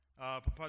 Papa